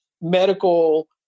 medical